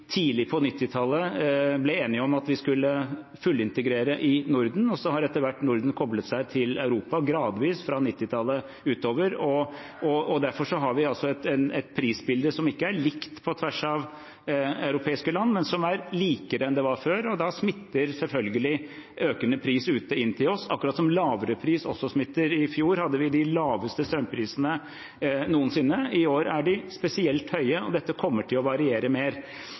tidlig på 1990-tallet ble enige om at vi skulle fullintegrere i Norden, og så har etter hvert Norden koblet seg til Europa, gradvis, fra 1990-tallet og utover. Derfor har vi et prisbilde som ikke er likt på tvers av europeiske land, men som er likere enn det var før. Da smitter selvfølgelig økende pris ute inn til oss, akkurat som lavere pris også smitter. I fjor hadde vi de laveste strømprisene noensinne. I år er de spesielt høye, og dette kommer til å variere mer.